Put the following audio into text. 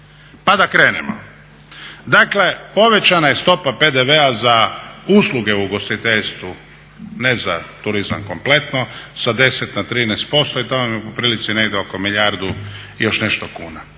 pa da krenemo. Dakle, povećana je stopa PDV-a za usluge u ugostiteljstvu, ne za turizam kompletno, sa 10 na 13% i to vam je po prilici negdje oko milijardu i još nešto kuna.